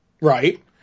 Right